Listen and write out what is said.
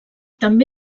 també